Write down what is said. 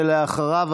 ואחריו,